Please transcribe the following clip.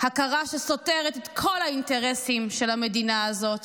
הכרה שסותרת את כל האינטרסים של המדינה הזאת,